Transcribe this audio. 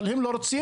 אבל הם לא רוצים,